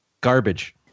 Garbage